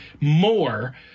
more